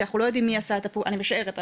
אני משערת,